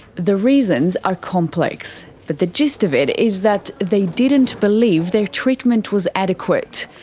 the reasons are complex, but the gist of it is that they didn't believe their treatment was adequate.